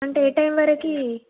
అంటే ఏ టైమ్ వరకు